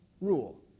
rule